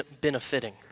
benefiting